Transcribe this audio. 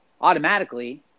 Automatically